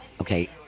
okay